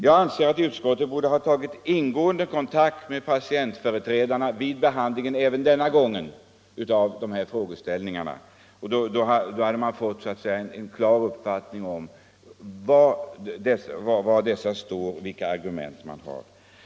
Jag anser att utskottet borde ha tagit ingående kontakt med patientföreträdarna vid behandlingen av frågeställningarna även denna gång. Då hade man fått en klar bild av var dessa står och vilka argument de har.